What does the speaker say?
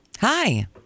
hi